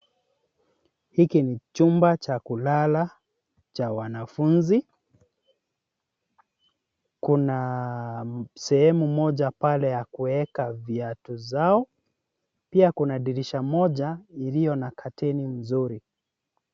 Hiki ni chumba cha kulala cha wanafunzi. Kuna sehemu moja pale ya kuweka viatu zao, pia kuna dirisha moja iliyo na curtain mzuri.